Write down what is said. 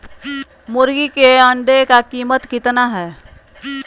मुर्गी के अंडे का कीमत कितना है?